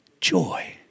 Joy